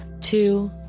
two